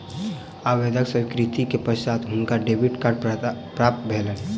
आवेदन स्वीकृति के पश्चात हुनका डेबिट कार्ड प्राप्त भेलैन